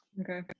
okay